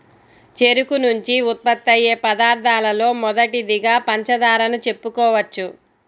చెరుకు నుంచి ఉత్పత్తయ్యే పదార్థాలలో మొదటిదిగా పంచదారను చెప్పుకోవచ్చు